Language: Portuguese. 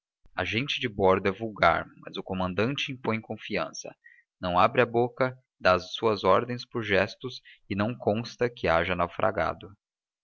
a gente de bordo é vulgar mas o comandante impõe confiança não abre a boca dá as suas ordens por gestos e não consta que haja naufragado